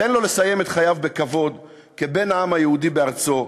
תן לו לסיים את חייו בכבוד כבן העם היהודי בארצו,